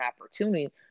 opportunity